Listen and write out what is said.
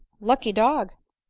lucky dog!